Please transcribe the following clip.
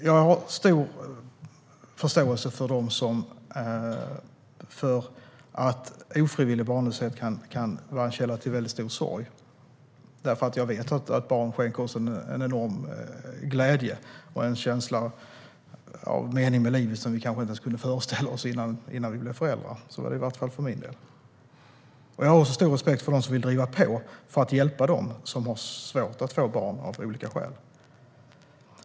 Jag har stor förståelse för att ofrivillig barnlöshet kan vara en källa till stor sorg, för jag vet att barn skänker en enorm glädje och en känsla av mening med livet, som vi kanske inte kunde föreställa oss innan vi blev föräldrar - så var det i vart fall för min del. Jag har också stor respekt för dem som vill driva på för att hjälpa dem som har svårt att få barn av olika skäl.